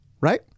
right